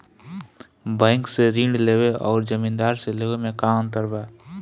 Bank से ऋण लेवे अउर जमींदार से लेवे मे का अंतर बा?